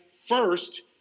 first